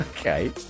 Okay